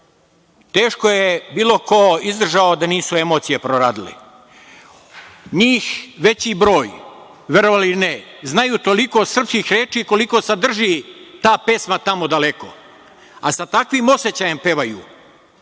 teško je bilo ko izdržao da nisu emocije proradile. Njih veći broj, verovali ili ne, znaju toliko srpskih reči koliko sadrži ta pesma „Tamo daleko“, a sa takvim osećajem pevaju